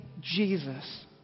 Jesus